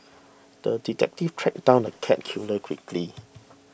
the detective tracked down the cat killer quickly